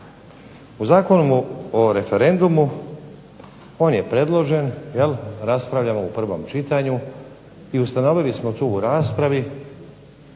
O Zakonu o referendumu on je predložen, jel raspravljamo o prvom čitanju i ustanovili smo tu u raspravi